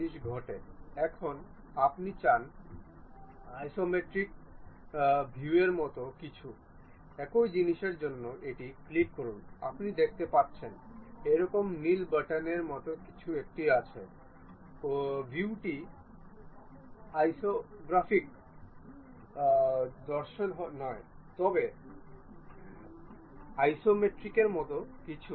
সুতরাং আমরা সহজেই অনুমান করতে পারি যে এটি একটি কনসেন্ট্রিক মেট বলে মনে করা হয়